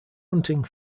hunting